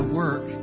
work